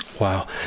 wow